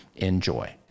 enjoy